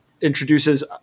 introduces